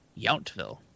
Yountville